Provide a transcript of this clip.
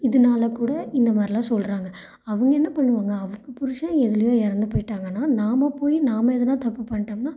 இதனால கூட இந்த மாதிரிலாம் சொல்கிறாங்க அவங்க என்ன பண்ணுவாங்க அவங்க புருஷன் எதுலேயோ இறந்து போய்ட்டாங்கன்னா நாம் போய் நாம் எதுனா தப்பு பண்ணிவிட்டோம்னா